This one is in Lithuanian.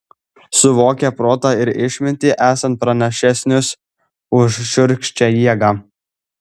suvokė protą ir išmintį esant pranašesnius už šiurkščią jėgą